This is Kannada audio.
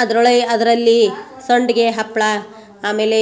ಅದರೊಳಗೆ ಅದರಲ್ಲಿ ಸಂಡ್ಗೆ ಹಪ್ಳ ಆಮೇಲೆ